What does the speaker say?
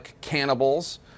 cannibals